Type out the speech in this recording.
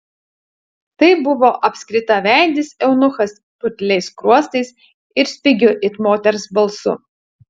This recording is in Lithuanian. tai buvo apskritaveidis eunuchas putliais skruostais ir spigiu it moters balsu